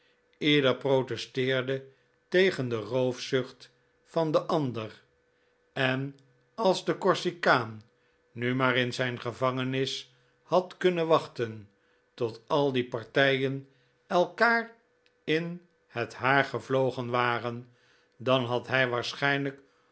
ieder protesteerde tegen de roofzucht van den ander en als de corsikaan nu maar in zijn gevangenis had kunnen wachten tot al die partijen elkaar in het haar gevlogen waren dan had hij